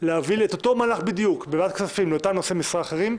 להוביל את אותו מהלך בדיוק בוועדת הכספים לאותם נושאי משרה אחרים,